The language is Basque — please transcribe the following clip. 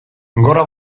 gora